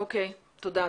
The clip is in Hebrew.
תודה.